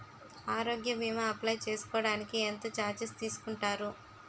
ఆరోగ్య భీమా అప్లయ్ చేసుకోడానికి ఎంత చార్జెస్ తీసుకుంటారు?